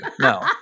No